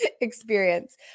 experience